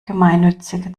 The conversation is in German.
gemeinnützige